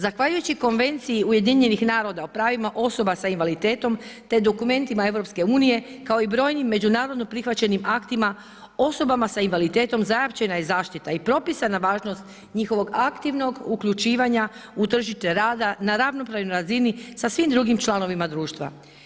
Zahvaljujući Konvenciji UN-a o pravima osoba sa invaliditetom, te dokumentima EU, kao i brojnim međunarodno prihvaćenim aktima osobama sa invaliditetom zajamčena je zaštita i propisana važnost njihovog aktivnog uključivanja u tržište rada na ravnopravnoj razini sa svim drugim članovima društva.